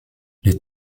les